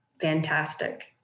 fantastic